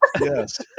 yes